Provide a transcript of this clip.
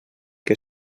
que